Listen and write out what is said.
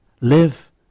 live